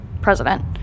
president